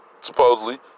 supposedly